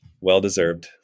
well-deserved